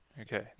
okay